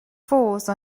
force